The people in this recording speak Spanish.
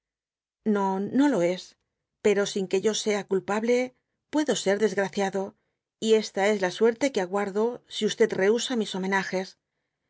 no no lo es pero sin que yo sea culpable puedo ser desgraciado y esta es la suerte que aguardo si rehusa mis homcnages